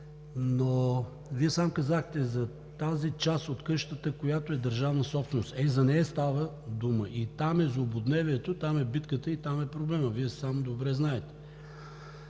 Но Вие сам казахте за тази част от къщата, която е държавна собственост – за нея става дума и там е злободневието, там е битката и там е проблемът. Вие сам добре знаете.